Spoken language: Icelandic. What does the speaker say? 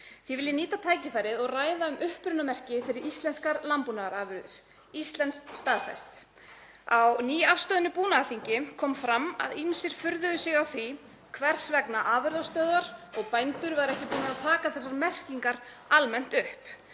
Því vil ég nýta tækifærið og ræða um upprunamerki fyrir íslenskar landbúnaðarafurðir, Íslenskt staðfest. Á nýafstöðnu búnaðarþingi kom fram að ýmsir furðuðu sig á því hvers vegna afurðastöðvar og bændur væru ekki búnir að taka þessar merkingar upp almennt.